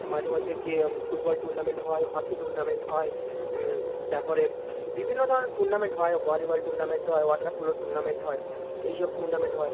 মাঝে মধ্যে কী ফুটবল টুর্নামেন্ট হয় হকি টুর্নামেন্ট হয় তারপরে বিভিন্ন ধরনের টুর্নামেন্ট হয় ভলিবল টুর্নামেন্ট হয় ওয়াটার পোলোর টুর্নামেন্ট হয় এই সব টুর্নামেন্ট হয়